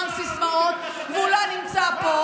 כי הוא לועס את אותן סיסמאות והוא לא נמצא פה.